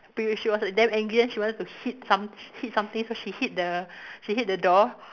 pretty sure she was like damn angry and then she wanted to hit some hit something so she hit the she hit the door